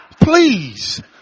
Please